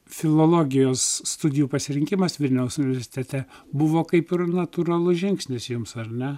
filologijos studijų pasirinkimas vilniaus universitete buvo kaip ir natūralus žingsnis jums ar ne